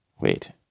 Wait